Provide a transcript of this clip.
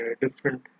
different